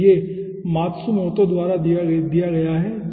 तो यह मात्सुमोतो द्वारा दिया गया है